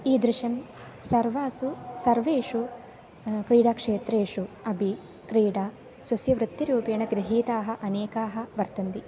ईदृशं सर्वासु सर्वेषु क्रीडाक्षेत्रेषु अपि क्रीडा स्वस्य वृत्तिरूपेण गृहीताः अनेकाः वर्तन्ते